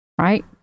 right